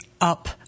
up